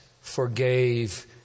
forgave